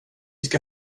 ska